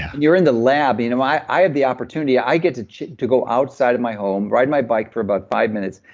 and you're in the lab. you know i i have the opportunity, i get to choose to go outside of my home, ride my bike for about five minutes.